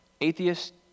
atheist